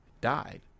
died